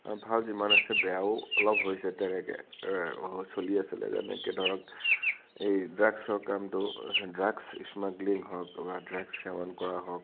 ভাল যিমান আছে বেয়াও অলপ হৈছে তেনেকে চলি আছিলে যেনেকে ধৰক এই ড্ৰাগছৰ কামতো ড্ৰাগছ ইস্মাগলিং হওক বা ড্ৰাগছ সেৱন কৰা হওক